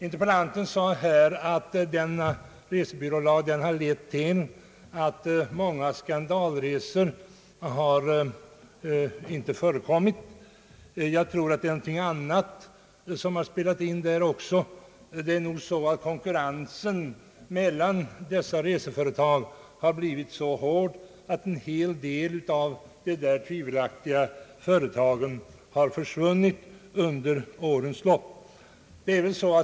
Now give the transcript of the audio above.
Interpellanten sade att resebyrålagen har lett till att antalet skandalresor kanske inte har blivit så stort som det eljest skulle ha blivit. Jag tror emellertid att härvidlag också en annan omständighet har spelat in. Konkurrensen mellan reseföretagen har blivit så hård, att åtskilliga av de tvivelaktiga företagen har försvunnit under årens lopp.